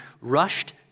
rushed